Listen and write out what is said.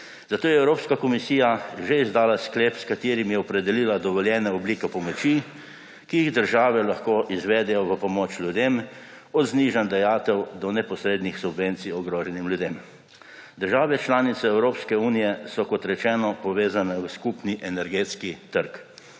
Zato je Evropska komisija že izdala sklep, s katerimi je opredelila dovoljene oblike pomoči, ki jih države lahko izvedejo v pomoč ljudem – od znižanj dajatev do neposrednih subvencij ogroženim ljudem. Države članice Evropske unije so, kot rečeno, povezane v skupni energetski trg.